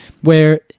where-